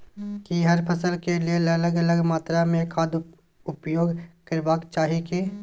की हर फसल के लेल अलग अलग मात्रा मे खाद उपयोग करबाक चाही की?